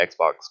Xbox